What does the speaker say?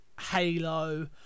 halo